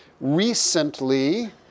Recently